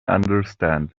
understand